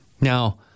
Now